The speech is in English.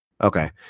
Okay